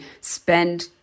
spend